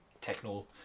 techno